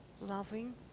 loving